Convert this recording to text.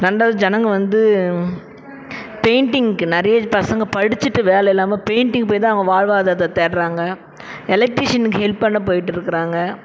வந்து ஜனங்க வந்து பெயிண்டிங்க்கு நிறையா பசங்க படிச்சிவிட்டு வேலை இல்லாமல் பெயிண்டிங் போய் தான் அவங்க வாழ்வாதாரத்தை தேடுறாங்க எலெக்ட்ரிசியனுக்கு ஹெல்ப் பண்ண போயிட்டுருக்குறாங்க